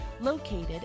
located